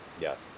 Yes